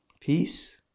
Peace